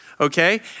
Okay